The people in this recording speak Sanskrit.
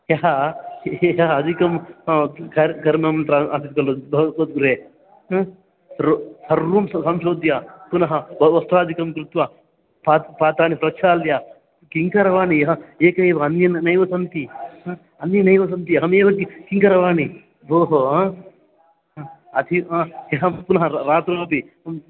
ह्यः ह् ह्यः अधिकं कर् कर्मं प्र आसीत् खलु भवत्गृहे ह्म् रो सर्वं संशोध्य पुनः भवतः वस्त्रादिकं कृत्वा पात्रं पात्राणि प्रक्षाल्य किङ्करवाणि यः एक एव अन्ये न नैव सन्ति हा अन्ये नैव सन्ति अहमेव किं किङ्करवाणि भोः हा अथि हा ह्यः पुनः रात्रौरपि ह्म्